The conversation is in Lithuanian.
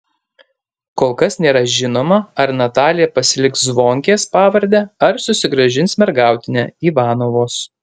kol kas nėra žinoma ar natalija pasiliks zvonkės pavardę ar susigrąžins mergautinę ivanovos